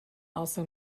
also